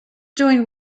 doing